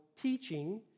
teaching